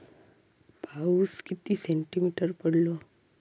पाऊस किती सेंटीमीटर पडलो?